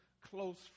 close